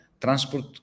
transport